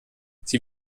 sie